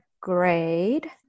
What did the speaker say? grade